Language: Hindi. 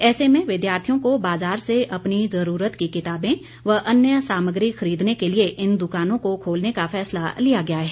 ऐसे में विद्यार्थियों को बाजार से अपनी जरूरत की किताबें व अन्य सामग्री खरीदने के लिए इन दुकानों को खोलने का फैसला लिया गया है